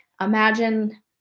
imagine